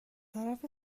طرف